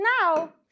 Now